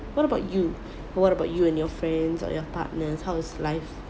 what about you what about you and your friends or your partner how's life